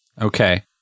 Okay